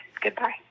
Goodbye